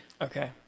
Okay